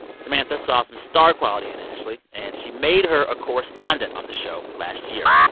samantha saw some star quality in ashley, and she made her a correspondent on the show last year.